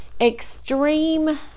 extreme